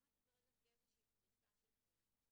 אני אומרת את זה רגע כאיזושהי פריסה של תמונת המצב.